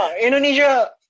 Indonesia